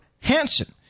Hanson